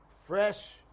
fresh